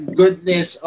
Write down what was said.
goodness